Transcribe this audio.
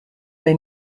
may